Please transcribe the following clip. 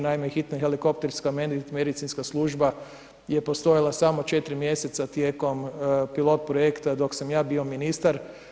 Naime, hitna helikopterska medicinska služba je postojala samo 4 mjeseca tijekom pilot projekta dok sam ja bio ministar.